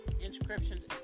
inscriptions